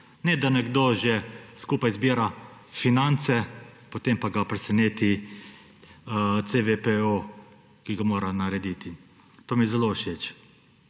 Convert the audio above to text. Ne da nekdo že skupaj zbira finance, potem pa ga preseneti CPVO, ki ga mora narediti. To mi je zelo všeč.